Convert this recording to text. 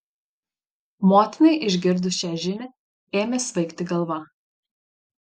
motinai išgirdus šią žinią ėmė svaigti galva